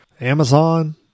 Amazon